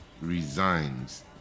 resigns